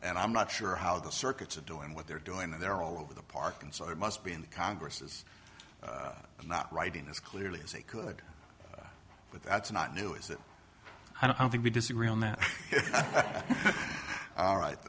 and i'm not sure how the circuits are doing what they're doing and they're all over the park and so i must be in the congress is not writing as clearly as they could but that's not new is that i don't think we disagree on that all right